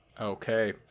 Okay